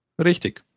Richtig